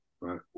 Right